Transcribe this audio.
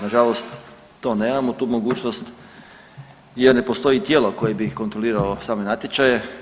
Na žalost to nemamo tu mogućnost, jer ne postoji tijelo koje bi kontroliralo same natječaje.